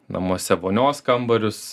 namuose vonios kambarius